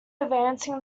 advancing